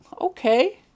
okay